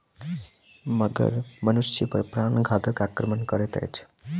मगर मनुष पर प्राणघातक आक्रमण करैत अछि